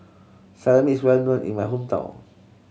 Salami is well known in my hometown